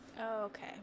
okay